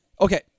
Okay